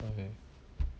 okay